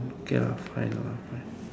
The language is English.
okay lah fine lah fine